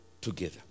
together